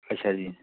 ਅੱਛਾ ਜੀ